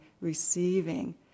receiving